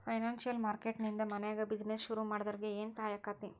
ಫೈನಾನ್ಸಿಯ marketing ನಿಂದಾ ಮನ್ಯಾಗ್ business ಶುರುಮಾಡ್ದೊರಿಗೆ ಏನ್ಸಹಾಯಾಕ್ಕಾತಿ?